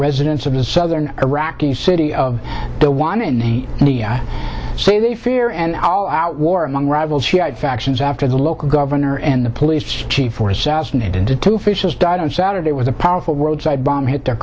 residents of the southern iraqi city of the one in say they fear and all out war among rival shiite factions after the local governor and the police chief or assassinated to two fishes died on saturday with a powerful roadside bomb hit the